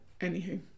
anywho